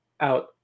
out